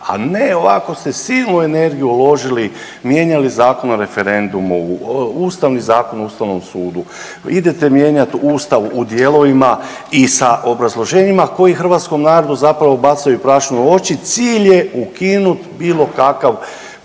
a ne ovako ste silnu energiju uložili, mijenjali Zakon o referendumu, Ustavni zakon o Ustavnom sudu idete mijenjat Ustav u dijelovima i sa obrazloženjima koji hrvatskom narodu zapravo bacaju prašinu u oči cilj je ukinut bilo kakav,